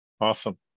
Awesome